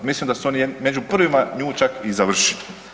Mislim da su oni među prvima nju čak i završili.